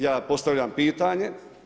Ja postavljam pitanje.